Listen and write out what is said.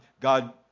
God